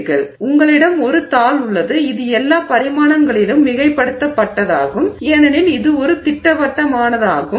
எனவே உங்களிடம் ஒரு தாள் உள்ளது இது எல்லா பரிமாணங்களிலும் மிகைப்படுத்தப்பட்டதாகும் ஏனெனில் இது ஒரு திட்டவட்டமானதாகும்